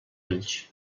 ulls